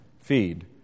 feed